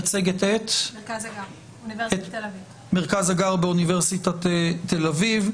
ממרכז הגר באוניברסיטת תל-אביב,